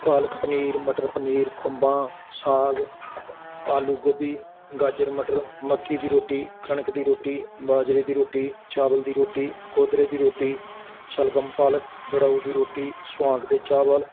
ਪਾਲਕ ਪਨੀਰ ਮਟਰ ਪਨੀਰ ਖੁੰਬਾਂ ਸਾਗ ਆਲੂ ਗੋਭੀ ਗਾਜਰ ਮਟਰ ਮੱਕੀ ਦੀ ਰੋਟੀ ਕਣਕ ਦੀ ਰੋਟੀ ਬਾਜਰੇ ਦੀ ਰੋਟੀ ਚਾਵਲ ਦੀ ਰੋਟੀ ਕੋਦਰੇ ਦੀ ਰੋਟੀ ਸ਼ਲਗਮ ਪਾਲਕ ਦੜ੍ਹਾਉ ਦੀ ਰੋਟੀ ਸੁਆਂਗ ਦੇ ਚਾਵਲ